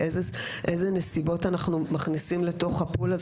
ואילו נסיבות אנחנו מכניסים לתוך ה-פול הזה.